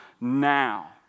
now